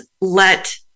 let